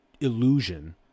illusion